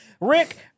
Rick